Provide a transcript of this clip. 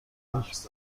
داشت